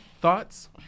Thoughts